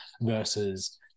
versus